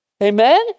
Amen